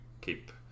keep